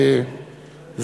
אדוני היושב-ראש חיליק בר,